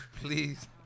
please